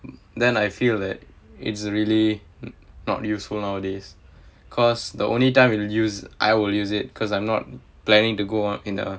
then I feel that it's really not useful nowadays because the only time will use I will use it because I'm not planning to go on in the